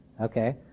Okay